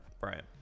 Right